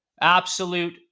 absolute